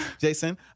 Jason